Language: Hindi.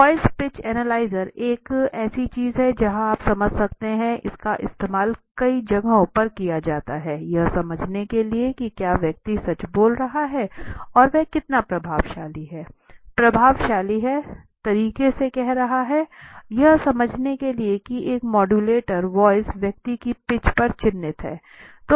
वॉयस पिच एनालाइजर एक ऐसी चीज है जहां आप समझ सकते हैं कि इसका इस्तेमाल कई जगहों पर किया जाता है यह समझने के लिए कि क्या व्यक्ति सच बोल रहा है और वह कितना प्रभावशाली है तरीके से कह रहा है यह समझने के लिए कि मॉड्यूलेटर वॉयस व्यक्ति की पिच पर चिह्नित है